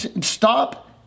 stop